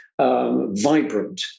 Vibrant